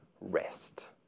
Rest